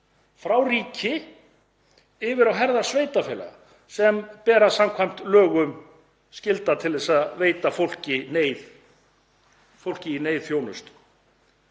frá ríki yfir á herðar sveitarfélaga sem ber samkvæmt lögum skylda til að veita fólki í neyð þjónustu.